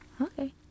okay